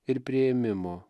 ir priėmimo